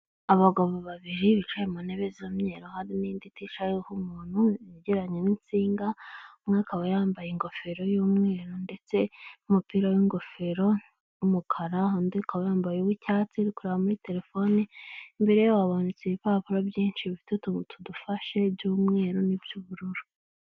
Abagabo babiri bicaye ku ntebe z'imyeru n'indi iticayeho umuntu yegeranye n'insinga, umwe akaba yambaye ingofero y'umweru ndetse n'umupira w'ingofero w'umukara, undi akaba yambaye uw'icyatsi uri kureba muri terefone, imbere yabo hamanitse ibipapuro byinshi bifite utuntu tudufashe by'umweru n'iby'ubururu.